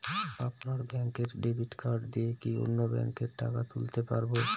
আপনার ব্যাংকের debit card দিয়ে কি অন্য ব্যাংকের থেকে টাকা তুলতে পারবো?